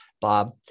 Bob